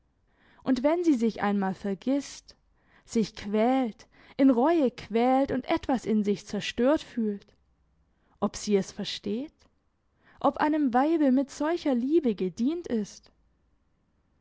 und wenn sie sich einmal vergisst sich quält in reue quält und etwas in sich zerstört fühlt ob sie es versteht ob einem weibe mit solcher liebe gedient ist